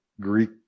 Greek